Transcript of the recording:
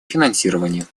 финансирования